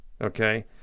okay